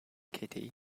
kitty